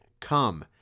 Come